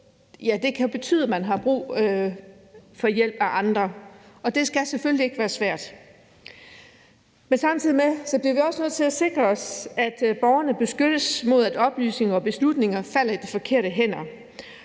kan betyde, at man har brug for hjælp fra andre, og det skal selvfølgelig ikke være svært. Samtidig bliver vi også nødt til at sikre os, at borgerne beskyttes mod, at oplysninger og beslutninger falder i de forkerte hænder,